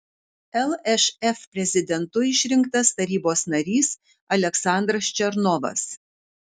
lšf prezidentu išrinktas tarybos narys aleksandras černovas